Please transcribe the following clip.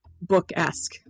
book-esque